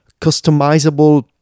customizable